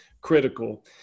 critical